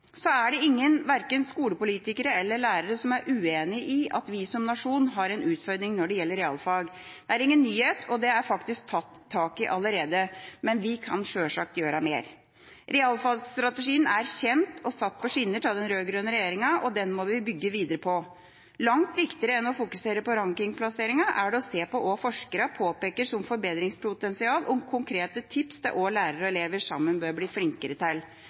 er ingen, verken skolepolitikere eller lærere, som er uenige i at vi som nasjon har en utfordring når det gjelder realfag. Det er ingen nyhet, og det er faktisk tatt tak i allerede. Men vi kan sjølsagt gjøre mer. Realfagsstrategien er kjent og satt på skinner av den rød-grønne regjeringa, og den må vi bygge videre på. Langt viktigere enn å fokusere på rankingplasseringen er det å se på hva forskerne påpeker som forbedringspotensial, og konkrete tips til hva lærere og elever sammen bør bli flinkere til.